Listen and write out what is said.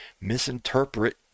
misinterpret